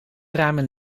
ramen